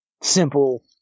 simple